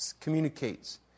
communicates